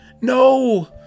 No